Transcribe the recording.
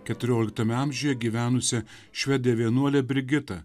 keturioliktame amžiuje gyvenusią švedė vienuolę brigitą